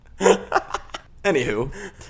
Anywho